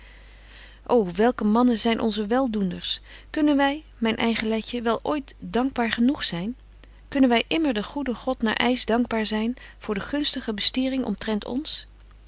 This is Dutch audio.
ô welke mannen zyn onze weldoenders kunnen wy myn eige letje wel ooit dankbaar genoeg zyn kunnen wy immer den goeden god naar eisch dankbaar zyn voor de gunstige bestiering omtrent ons